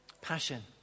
Passion